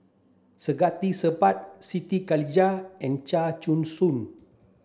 Saktiandi Supaat Siti Khalijah and Chia Choo Suan